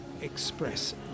express